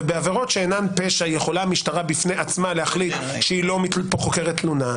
ובעבירות שאינן פשע יכולה המשטרה בפני עצמה להחליט שהיא לא חוקרת תלונה,